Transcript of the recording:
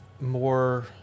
more